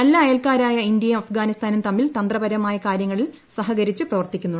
നല്ല അയൽക്കാരായ ഇന്ത്യയും അഫ്ഗാനിസ്ഥാനും തമ്മിൽ തന്ത്രപരമായ കാര്യങ്ങളിൽ സഹകരിച്ച് പ്രവർത്തിക്കുന്നു ്